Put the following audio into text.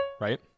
Right